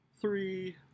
three